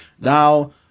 now